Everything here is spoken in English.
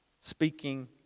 speaking